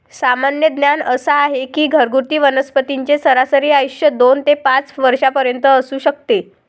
सामान्य ज्ञान असा आहे की घरगुती वनस्पतींचे सरासरी आयुष्य दोन ते पाच वर्षांपर्यंत असू शकते